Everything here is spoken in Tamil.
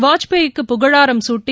வாஜ்பாய்க்கு புகழாரம் சூட்டி